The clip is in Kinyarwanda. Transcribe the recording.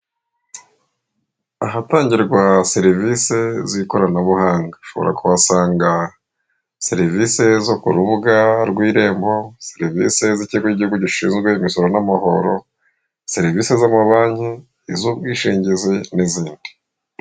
Ahatangirwa serivisi z'ikoranabuhanga ushobora kuhasanga serivisi zo ku rubuga rw'irembo, serivisi z'ikigo cy'igihugu gishinzwe imisoro n'amahoro, serivisi z'ama banki, iz'ubwishingizi n'izindi.